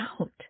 out